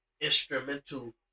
Instrumental